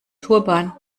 turban